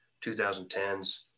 2010s